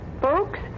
Folks